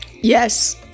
Yes